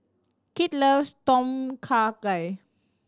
Kit loves Tom Kha Gai